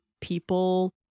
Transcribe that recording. people